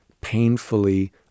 painfully